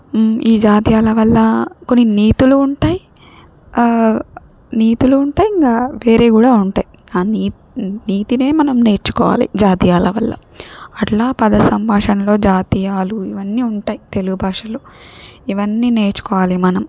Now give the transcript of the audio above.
ఈ జాతీయ వల్ల కొన్ని నీతులూ ఉంటాయ్ నీతులు ఉంటాయ్ ఇంకా వేరే కూడా ఉంటాయి ఆ నీత్ నీతినే మనం నేర్చుకోవాలి జాతీయాల వల్ల అట్లా పద సంభాషణలో జాతీయాలు ఇవన్నీ ఉంటాయి తెలుగు భాషలో ఇవన్నీ నేర్చుకోవాలి మనం